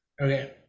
Okay